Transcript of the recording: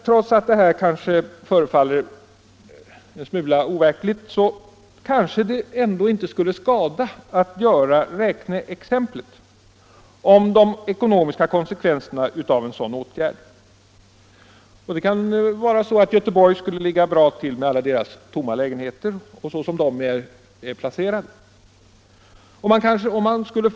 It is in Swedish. Trots att detta förefaller en smula verklighetsfrämmande kanske det ändå inte skulle skada att räkna ut vad de ekonomiska konsekvenserna av en åtgärd av det slaget skulle bli. Göteborg med dess många tomma lägenheter i ytterområdena ligger kanske bra till för det räkneexperimentet.